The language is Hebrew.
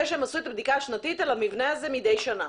שהם עשו את הבדיקה השנתית על המבנה הזה מידי שנה.